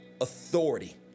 authority